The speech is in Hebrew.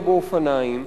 או באופניים,